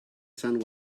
sun